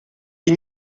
les